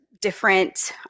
different